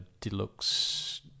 deluxe